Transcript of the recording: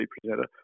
presenter